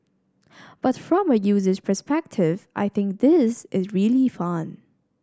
but from a user's perspective I think this is really fun